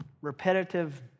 repetitive